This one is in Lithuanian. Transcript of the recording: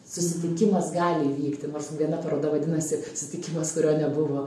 susitikimas gali įvykti nors viena paroda vadinasi susitikimas kurio nebuvo